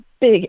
big